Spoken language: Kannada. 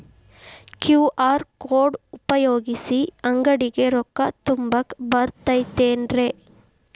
ಕ್ಯೂ.ಆರ್ ಕೋಡ್ ಉಪಯೋಗಿಸಿ, ಅಂಗಡಿಗೆ ರೊಕ್ಕಾ ತುಂಬಾಕ್ ಬರತೈತೇನ್ರೇ?